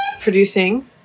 producing